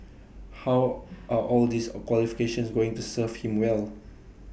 how are all these A qualifications going to serve him well